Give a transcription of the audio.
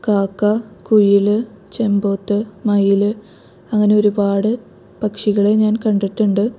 കാക്ക കുയില് ചെമ്പോത്ത് മയില് അങ്ങനെ ഒരുപാട് പക്ഷികളെ ഞാൻ കണ്ടിട്ടുണ്ട്